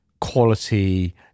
quality